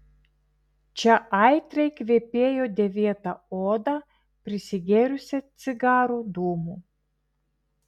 čia aitriai kvepėjo dėvėta oda prisigėrusią cigarų dūmų